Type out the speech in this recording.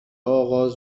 آغاز